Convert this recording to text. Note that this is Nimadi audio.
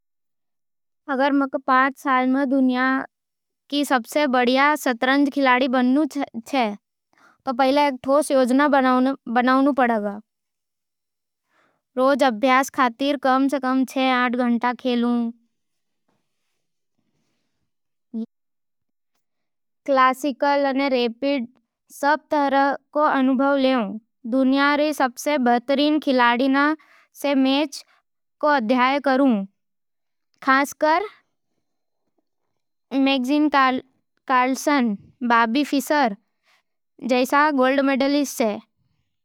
अगर मंय शतरंज में लगातार मेहनत करूं, तो आखिर एक दिन बड़ी प्रतियोगिताओं में सफलता मिलवे लागे। मैं अपने खेल रो हर बार सुधारूं, कमजोर चालां पर ध्यान दूं अने नए रणनीति विकसित करूं। छोटे टूर्नामेंट सै ग्रैंडमास्टर स्तर तक पहुंचण खातर लगातार अभ्यास करूं। मैं बड़े खिलाड़ियों सै मुकाबला करूं, हार सै सीखूं अने अपनी मानसिक मजबूती बनावूं।